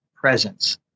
presence –